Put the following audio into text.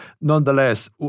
Nonetheless